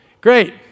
great